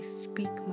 speak